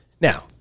Now